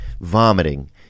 vomiting